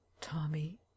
Tommy